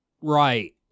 Right